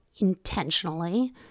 intentionally